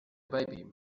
baby